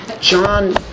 John